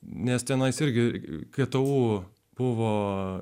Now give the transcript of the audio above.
nes tenais irgi ktu buvo